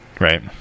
Right